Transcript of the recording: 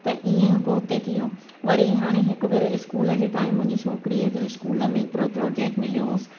त ईअं हिकु उते थी वियो वरी हाणे हिकु भेरो स्कूल जे टाइम मुंहिंजी छोकरीअ जो स्कूल में हिकु प्रोजेक्ट मिलियो हुअसि